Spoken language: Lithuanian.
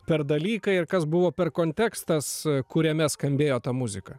per dalykai ir kas buvo per kontekstas kuriame skambėjo ta muzika